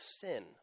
sin